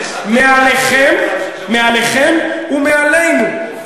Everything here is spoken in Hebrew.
מעליכם ומעלינו,